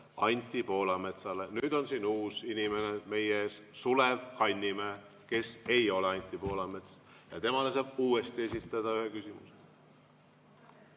Anti Poolametsale. Nüüd on uus inimene meie ees, Sulev Kannimäe, kes ei ole Anti Poolamets. Temale saab uuesti esitada ühe küsimuse.